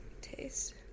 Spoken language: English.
taste